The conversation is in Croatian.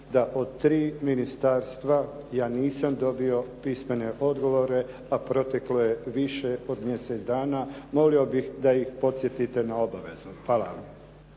da od tri ministarstva ja nisam dobio pismene odgovore a proteklo je više od mjesec dana, molio bih da ih podsjetite na obavezu. Hvala.